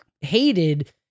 hated